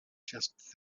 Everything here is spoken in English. just